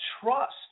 trust